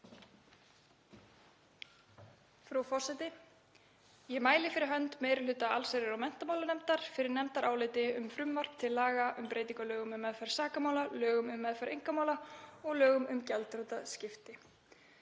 Frú forseti. Ég mæli fyrir hönd meiri hluta allsherjar- og menntamálanefndar fyrir nefndaráliti um frumvarp til laga um breytingu á lögum um meðferð sakamála, lögum um meðferð einkamála og lögum um gjaldþrotaskipti.